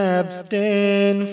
abstain